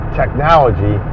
technology